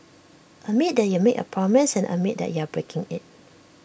admit that you made A promise and admit that you are breaking IT